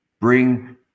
bring